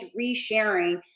resharing